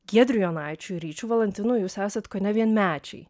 giedriu jonaičiu ir ryčiu valantinu jūs esat kone vienmečiai